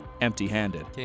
empty-handed